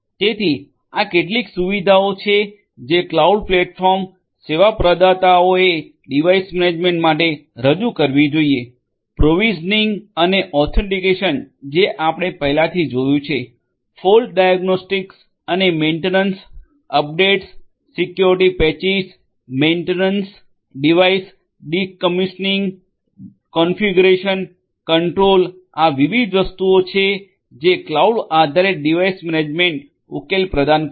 તેથી આ કેટલીક સુવિધાઓ છે જે ક્લાઉડ પ્લેટફોર્મ સેવા પ્રદાતાઓએ ડિવાઇસ મેનેજમેન્ટ માટે રજુ કરવી જોઈએ પ્રોવીસીનીંગ અને ઓથિન્ટિકેશન જે આપણે પહેલાથી જોયું છે ફોલ્ટ ડાયગ્નોસ્ટિક્સ અને maintenance updates security patches maintenance device decommissioning configuration control આ વિવિધ વસ્તુઓ છે જે ક્લાઉડ આધારિત ડિવાઇસ મેનેજમેન્ટ ઉકેલ પ્રદાન કરે છે